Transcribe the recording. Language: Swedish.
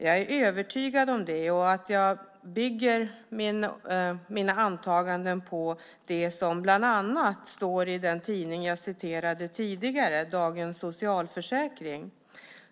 Jag är övertygad om det, och jag bygger mina antaganden på det som bland annat står i den tidning som jag läste ur tidigare, Dagens Socialförsäkring.